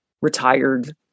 retired